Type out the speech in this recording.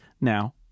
now